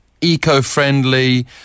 eco-friendly